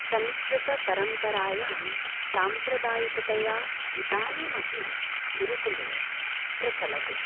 संस्कृतपरम्पपरायां सांप्रदायिकतया इदानीमपि गुरुकुले प्रचलति